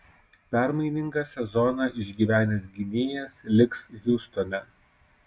permainingą sezoną išgyvenęs gynėjas liks hjustone